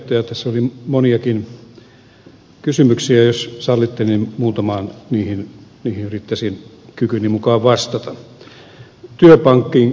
tässä oli moniakin kysymyksiä ja jos sallitte niin muutamaan yrittäisin kykyni mukaan vastata